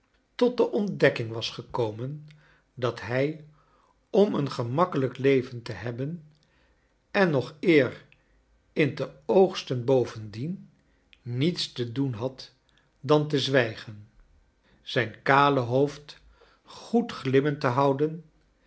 tot de ontdekking was gekomen dat hij om een gemakkelijk leven te hebben en nog eer in te oogsten bovendien niets te doen had dan te zwijgen zijn kale hoofd goed glimmend te houden